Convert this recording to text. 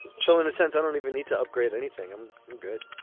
so in a sense, i don't even need to upgrade anything. i'm good.